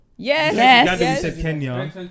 Yes